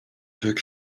brzeg